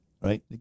right